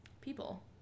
people